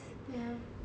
ya